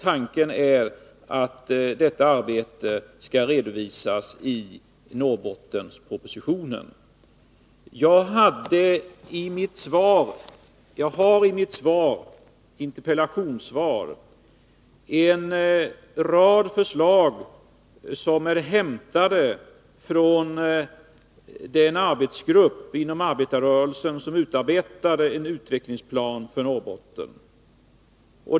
Tanken är att detta arbete skall redovisas i Norrbottenspropositionen. Jag nämner i mitt interpellationssvar en rad 41 förslag som är hämtade från den arbetsgrupp inom arbetarrörelsen som utarbetade en utvecklingsplan för Norrbotten.